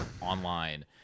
online